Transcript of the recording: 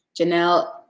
Janelle